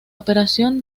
operación